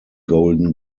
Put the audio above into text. golden